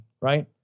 Right